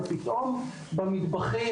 ופתאום במטבחים,